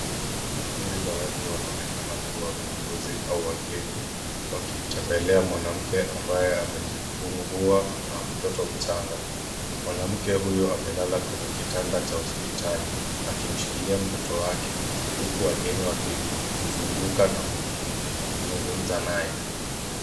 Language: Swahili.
Kundi la watu wanaonekana kuwa viongozi au wageni, wakimtembelea mwanamke ambaye amejifungua na mtoto mchanga. Mwanamke huyo amelala kwenye kitanda cha hospitali, akimshikilia mtoto wake, huku wageni wakimzunguka na kuzungumza naye.